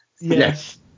Yes